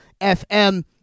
FM